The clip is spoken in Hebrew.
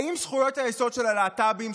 האם זכויות היסוד של הלהט"בים,